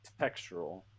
textural